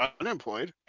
unemployed